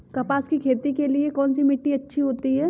कपास की खेती के लिए कौन सी मिट्टी अच्छी होती है?